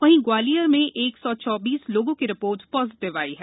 वहीं ग्वालियर में एक सौ चौबीस लोगों की रिपोर्ट पॉजिटिव आई है